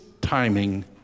timing